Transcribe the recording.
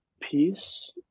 peace